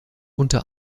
unter